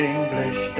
English